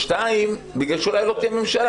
ושנית, בגלל שאולי לא תהיה ממשלה.